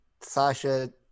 Sasha